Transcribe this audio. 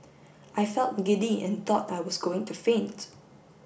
I felt giddy and thought I was going to faint